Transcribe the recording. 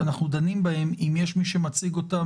אנחנו דנים בהן אם יש מי שמציג אותם